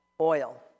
oil